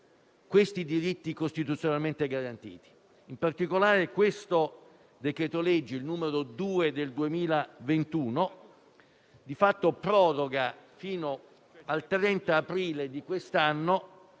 limitare diritti costituzionalmente garantiti. In particolare, il decreto-legge, il n. 2 del 2021, di fatto proroga fino al 30 aprile di quest'anno